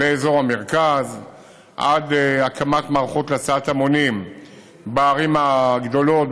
לאזור המרכז עד הקמת מערכות להסעת המונים בערים הגדולות,